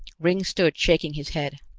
ringg stood shaking his head.